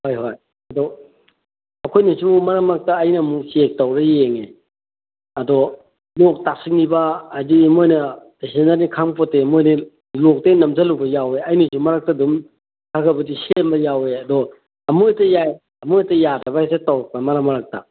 ꯍꯣꯏ ꯍꯣꯏ ꯑꯗꯨ ꯑꯩꯈꯣꯏ ꯅꯦꯁꯨ ꯃꯔꯛ ꯃꯔꯛꯇ ꯑꯩꯅ ꯑꯃꯨꯛ ꯑꯃꯨꯛ ꯆꯦꯛ ꯇꯧꯔ ꯌꯦꯡꯉꯦ ꯑꯗꯣ ꯂꯣꯛ ꯇꯥꯁꯤꯟꯈꯤꯕ ꯍꯥꯏꯗꯤ ꯃꯣꯏꯅ ꯇꯁꯦꯡꯅꯗꯤ ꯈꯪꯄꯣꯠꯇꯦ ꯃꯣꯏꯗꯤ ꯂꯣꯛꯇ ꯍꯦꯛ ꯅꯝꯖꯤꯜꯂꯨꯕ ꯌꯥꯎꯋꯦ ꯑꯩꯅꯁꯨ ꯃꯔꯛꯇ ꯑꯗꯨꯝ ꯈꯔ ꯈꯔꯕꯨꯗꯤ ꯁꯦꯝꯕ ꯌꯥꯎꯋꯦ ꯑꯗꯣ ꯑꯃꯨꯛ ꯍꯦꯛꯇ ꯌꯥꯏ ꯑꯃꯨꯛ ꯍꯦꯛꯇ ꯌꯥꯗꯕ ꯍꯦꯛꯇ ꯇꯧꯔꯛꯄ ꯃꯔꯛ ꯃꯔꯛꯇ